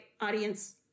audience